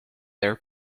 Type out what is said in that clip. their